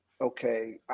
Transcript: okay